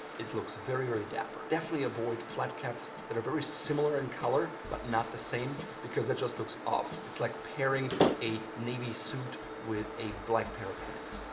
it looks very, very dapper. definitely avoid flat caps that are very similar in color but not the same because that just looks off it's like pairing a navy suit with a black pair of pants.